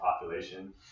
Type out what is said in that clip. population